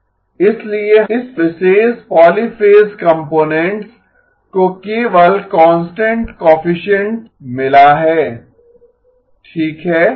इसलिए इस विशेष पॉलीफ़ेज़ कंपोनेंट को केवल कांस्टेंट कोएफिसिएन्ट मिला है ठीक है